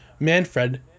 Manfred